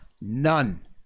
none